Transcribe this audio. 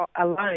alone